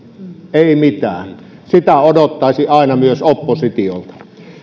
ei mitään sitä odottaisi aina myös oppositiolta